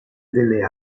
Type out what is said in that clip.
delle